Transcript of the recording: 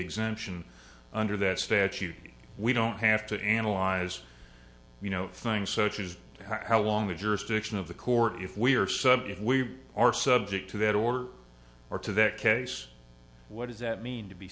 exemption under that statute we don't have to analyze you know things such as how long the jurisdiction of the court if we are some if we are subject to that order or to that case what does that mean to be